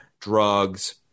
drugs